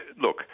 look